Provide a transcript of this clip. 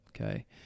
Okay